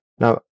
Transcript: Now